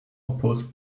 oppose